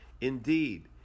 Indeed